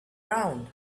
round